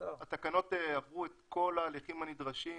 התקנות עברו את כל ההליכים הנדרשים,